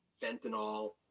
fentanyl